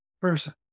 person